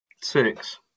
Six